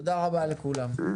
תודה רבה לכולם.